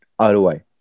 ROI